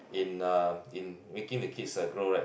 in uh in making the kids uh grow right